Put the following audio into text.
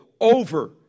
over